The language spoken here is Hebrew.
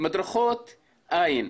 מדרכות- אין.